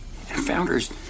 Founders